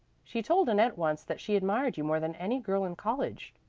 she told annette once that she admired you more than any girl in college,